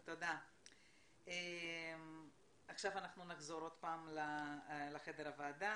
נחזור לחדר הוועדה.